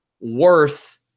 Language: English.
worth